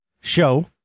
show